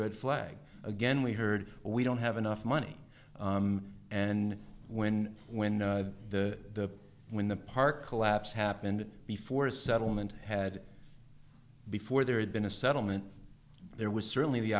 red flag again we heard we don't have enough money and when when the when the park collapse happened before a settlement had before there had been a settlement there was certainly the